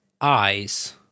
eyes